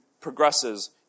progresses